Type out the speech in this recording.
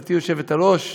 גברתי היושבת-ראש,